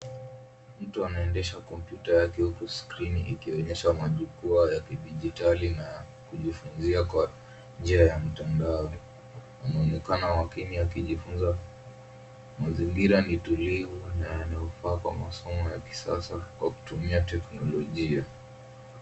Mtu anaendesha kompyuta yake huku skrini ikionyesha majukwaa ya kidijitali na ya kujifunzia kwa njia ya mtandao. Anaonekana makini akijifunza. Mazingira ni tulivu na yana manufaa kwa masomo ya kisasa kwa kutumia teknolojia.